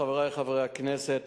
חברי חברי הכנסת,